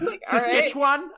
Saskatchewan